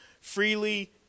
Freely